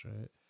right